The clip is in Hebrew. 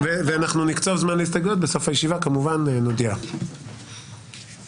בישיבה הקודמת הקראנו את הנוסח ושמענו את חברי הכנסת שביקשו